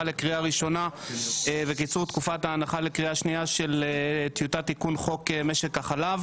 לקריאה ראשונה של טיוטת תיקון חוק משק החלב.